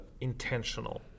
intentional